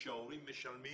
שההורים משלמים